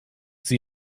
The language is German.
sie